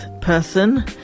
person